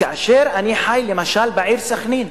כאשר אני חי, למשל, בעיר סח'נין,